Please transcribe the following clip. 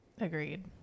Agreed